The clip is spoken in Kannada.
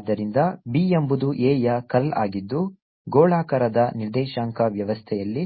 ಆದ್ದರಿಂದ B ಎಂಬುದು A ಯ ಕರ್ಲ್ ಆಗಿದ್ದು ಗೋಳಾಕಾರದ ನಿರ್ದೇಶಾಂಕ ವ್ಯವಸ್ಥೆಯಲ್ಲಿ